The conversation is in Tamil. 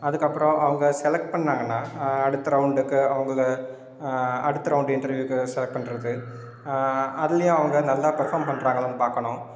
அதுக்கப்புறம் அவங்க செலக்ட் பண்ணாங்கன்னால் அடுத்த ரவுண்டுக்கு அவங்கள அடுத்த ரவுண்டு இன்டெர்வியூக்கு செலக்ட் பண்ணுறது அதிலேயும் அவங்க நல்லா பர்ஃபார்ம் பண்ணுறாங்களான்னு பார்க்கணும்